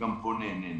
וגם פה נענינו.